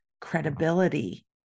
credibility